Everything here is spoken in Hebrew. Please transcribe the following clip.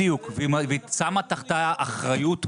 בדיוק והיא שמה תחתיה אחריות מוחלטת,